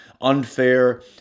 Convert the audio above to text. unfair